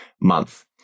month